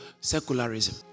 secularism